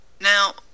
Now